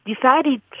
decided